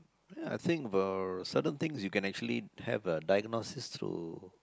ya I think about certain things you can actually have a diagnosis to